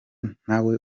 ntawe